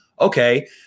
Okay